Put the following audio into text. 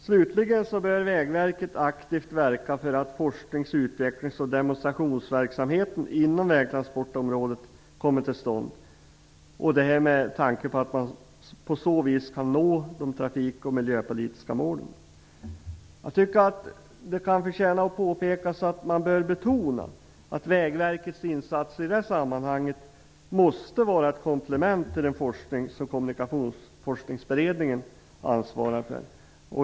Slutligen bör Vägverket aktivt verka för att forsknings-, utvecklings och demonstrationsverksamheten inom vägtransportområdet kommer till stånd. Detta bör ske med tanke på att man på så vis kan nå de trafik och miljöpolitiska målen. Jag tycker att man bör betona att Vägverkets insatser i det sammanhanget måste vara ett komplement till den forskning som Kommunikationsforskningsberedningen ansvarar för.